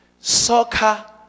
soccer